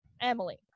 emily